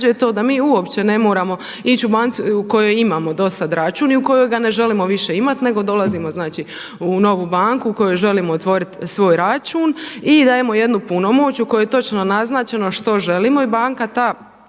to da mi uopće ne moramo ići u banci u kojoj imamo do sada račun i u kojoj ga ne želimo više imati nego dolazimo znači u novu banku u kojoj želimo otvoriti svoj račun i dajemo jednu punomoć u kojoj je točno naznačeno što želimo i banka ta